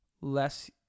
less